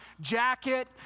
jacket